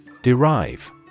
Derive